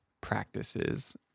practices